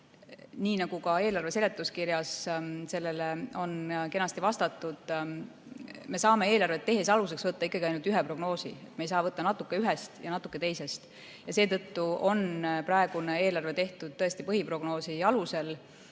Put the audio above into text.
siis nagu ka eelnõu seletuskirjas on kenasti selgitatud, me saame eelarvet tehes aluseks võtta ikkagi ainult ühe prognoosi. Me ei saa võtta natuke ühest ja natuke teisest. Ja seetõttu on praegune eelarve tõesti tehtud põhiprognoosi alusel.